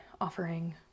offering